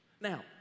Now